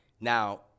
Now